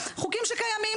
הם חוקים שקיימים,